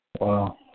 Wow